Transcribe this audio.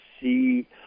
see